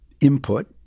input